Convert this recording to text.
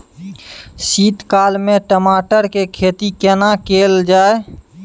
शीत काल में टमाटर के खेती केना कैल जाय?